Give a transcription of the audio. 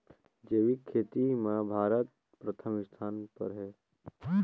जैविक खेती म भारत प्रथम स्थान पर हे